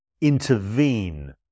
intervene